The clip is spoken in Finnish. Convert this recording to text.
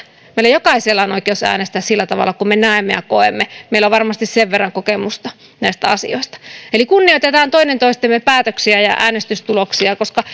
meillä jokaisella on oikeus äänestää sillä tavalla kuin me näemme ja koemme meillä on varmasti sen verran kokemusta näistä asioista eli kunnioitetaan toinen toistemme päätöksiä ja äänestystuloksia koska